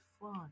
fun